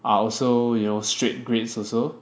are also you know straight grades also